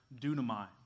dunamai